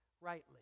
rightly